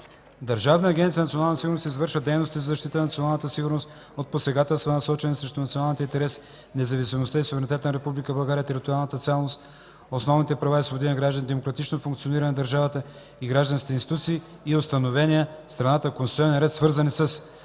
Държавна агенция „Национална сигурност” извършва дейности за защита на националната сигурност от посегателства, насочени срещу националните интереси, независимостта и суверенитета на Република България, териториалната цялост, основните права и свободи на гражданите, демократичното функциониране на държавата и гражданските институции и установения в страната конституционен ред, свързани със: